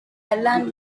island